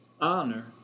honor